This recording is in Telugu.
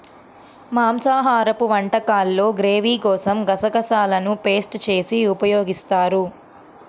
మాంసాహరపు వంటకాల్లో గ్రేవీ కోసం గసగసాలను పేస్ట్ చేసి ఉపయోగిస్తారు